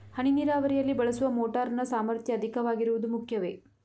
ಹನಿ ನೀರಾವರಿಯಲ್ಲಿ ಬಳಸುವ ಮೋಟಾರ್ ನ ಸಾಮರ್ಥ್ಯ ಅಧಿಕವಾಗಿರುವುದು ಮುಖ್ಯವೇ?